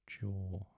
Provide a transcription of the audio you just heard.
jaw